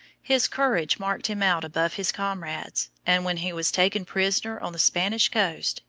his courage marked him out above his comrades, and when he was taken prisoner on the spanish coast,